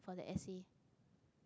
for the essay